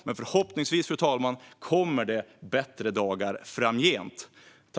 Men förhoppningsvis, fru talman, kommer det bättre dagar framgent.